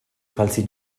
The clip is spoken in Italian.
falsi